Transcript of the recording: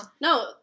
No